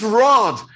rod